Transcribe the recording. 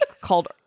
called